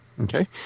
Okay